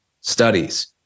studies